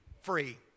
free